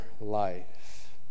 life